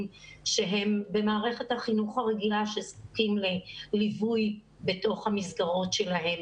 שהם במערכת החינוך הרגילה שזקוקים לליווי בתוך המסגרות שלהם.